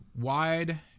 wide